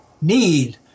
need